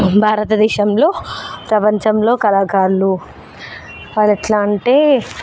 భారతదేశంలో ప్రపంచంలో కళాకారులు వాళ్ళు ఎట్లా అంటే